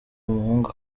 umuhungu